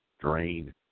Drain